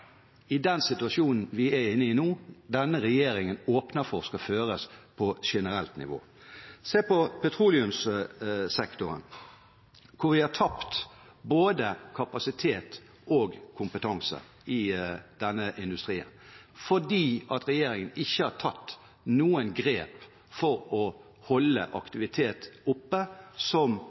denne regjeringen åpner for at skal føres på generelt nivå. Se på petroleumssektoren, hvor vi har tapt både kapasitet og kompetanse i denne industrien fordi regjeringen ikke har tatt noen grep for å holde aktiviteten oppe, som